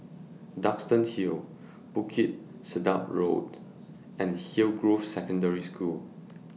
Duxton Hill Bukit Sedap Road and Hillgrove Secondary School